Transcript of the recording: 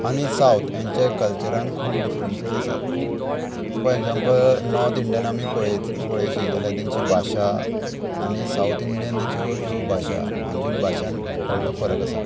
आनी सावत हेंच्या कल्चरान खूब डिफरंसीस आसात फॉर एग्जांपल नॉर्थ इंडियन आमी पळय पळयची जाल्यार तेंची भाशा आनी सावत इंडियनाच्यो ज्यो भाशा हांजून भाशान व्हडलो फरक आसा